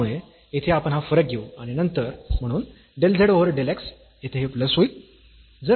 त्यामुळे येथे आपण हा फरक घेऊ आणि नंतर म्हणून del z over del x येथे हे प्लस होईल